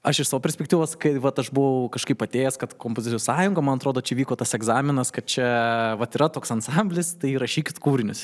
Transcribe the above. aš iš savo perspektyvos kai vat aš buvau kažkaip atėjęs kad kompozitorių sąjunga man atrodo čia vyko tas egzaminas kad čia vat yra toks ansamblis tai įrašykit kūrinius